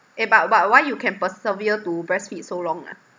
eh but but why you can persevere to breastfeed so long ah